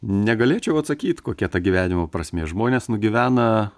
negalėčiau atsakyt kokia ta gyvenimo prasmė žmonės nugyvena